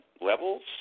levels